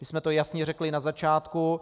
My jsme to jasně řekli na začátku.